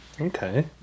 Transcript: Okay